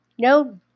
No